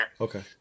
okay